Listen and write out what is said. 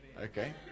Okay